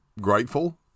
grateful